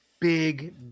big